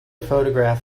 photograph